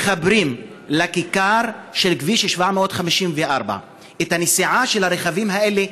מתחברים לכיכר של כביש 754. הנסיעה היומית של הרכבים האלה,